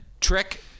trick